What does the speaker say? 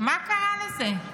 מה קרה לזה?